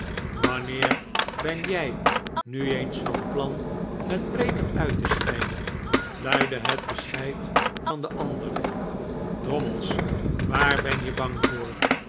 wanneer ben jij nu eens van plan met preeken uit te scheiden luidde het bescheid van den ander drommels waar ben je bang voor